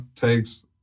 takes